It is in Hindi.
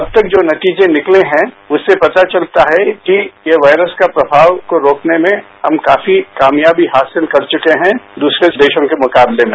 अब तक जो नतीजे निकले हैं उससे पता चलता है कि यह वायरस का प्रभाव को रोकने में हम काफी कामयाबी हासिल कर चुके हैं दूसरे देशों के मुकाबले में